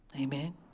Amen